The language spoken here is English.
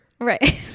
Right